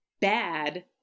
bad